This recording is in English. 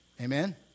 Amen